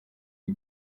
iyi